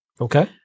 Okay